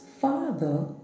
father